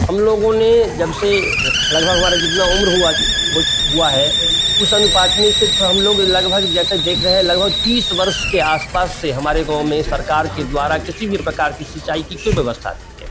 हम लोगों ने जब से लगभग हमारे जितना उम्र हुआ हुआ है उस अनुपात में सिर्फ हम लोग लगभग जैसे देख रहें लगभग तीस वर्ष के आसपास से हमारे गाँव में सरकार के द्वारा किसी भी प्रकार की सिंचाई की कोई व्यवस्था नहीं है